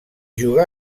jugà